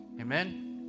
Amen